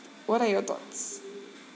what are your thoughts